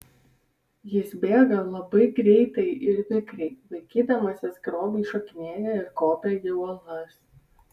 jis bėga labai greitai ir vikriai vaikydamasis grobį šokinėja ir kopia į uolas